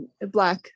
black